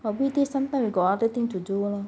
but weekday sometimes we got other things to do ah